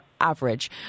average